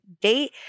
date